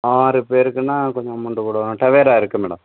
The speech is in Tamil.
ஆறு பேருக்குனால் கொஞ்சம் அமௌண்ட்டு கூட டவேரா இருக்குது மேடம்